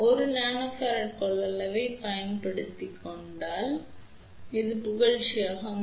நாம் 1 nF கொள்ளளவைப் பயன்படுத்தினால் இதுவும் புகழ்ச்சியாக மாறும்